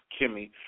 Kimmy